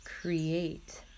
create